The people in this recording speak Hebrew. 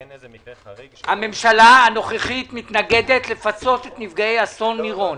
אין מתווה חריג -- הממשלה הנוכחית מתנגדת לפצות את נפגעי אסון מירון.